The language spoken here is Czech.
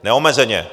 Neomezeně.